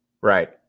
Right